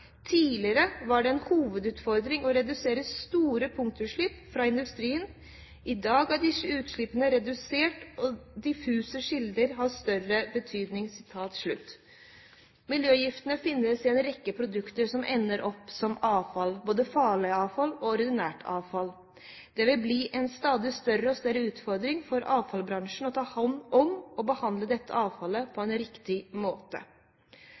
Tidligere var det en hovedutfordring å redusere til dels store industrielle punktutslipp. I dag er disse utslippene redusert og diffuse kilder har større betydning». Miljøgiftene finnes i en rekke produkter som ender opp som avfall, både farlig avfall og ordinært avfall. Det vil bli en stadig større utfordring for avfallsbransjen å ta hånd om og behandle dette avfallet på en riktig måte.